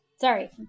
sorry